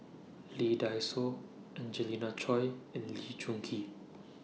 Lee Dai Soh Angelina Choy and Lee Choon Kee